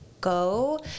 go